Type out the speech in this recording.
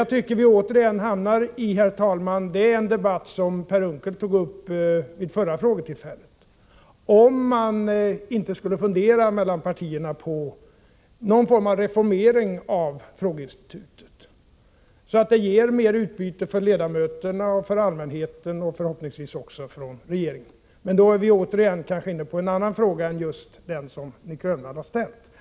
Jag tycker att vi återigen hamnar i en debatt som Per Unckel tog upp vid det förra frågetillfället, nämligen om man inte mellan partierna skulle fundera över någon form av reformering av frågeinstitutet, så att det ger större utbyte för ledamöterna, för allmänheten och förhoppningsvis också för regeringen. Då är vi emellertid inne på en annan fråga än den som Nic Grönvall har ställt.